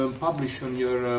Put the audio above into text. um publish on your